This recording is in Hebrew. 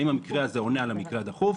האם המקרה הזה עונה על המקרה הדחוף,